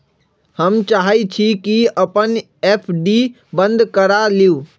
हम चाहई छी कि अपन एफ.डी बंद करा लिउ